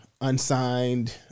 unsigned